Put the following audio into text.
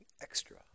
extra